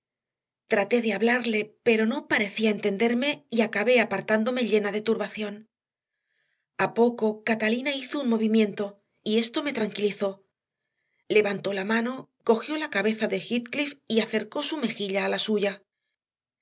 traté de hablarle pero no parecía entenderme y acabé apartándome llena de turbación a poco catalina hizo un movimiento y esto me tranquilizó levantó la mano cogió la cabeza de heathcliff y acercó su mejilla a la suya